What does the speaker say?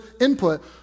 input